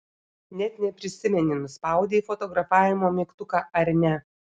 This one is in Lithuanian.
net neprisimeni nuspaudei fotografavimo mygtuką ar ne